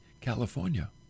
California